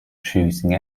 choosing